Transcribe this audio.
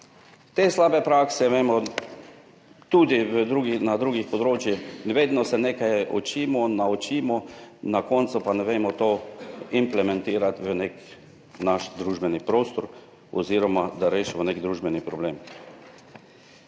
te slabe prakse tudi na drugih področjih in vedno se nekaj naučimo, na koncu pa tega ne vemo implementirati v naš družbeni prostor oziroma da rešimo nek družbeni problem.